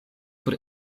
sur